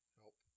help